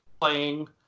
playing